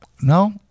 No